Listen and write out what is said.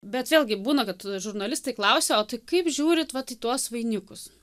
bet vėlgi būna kad žurnalistai klausia o tai kaip žiūrit vat į tuos vainikus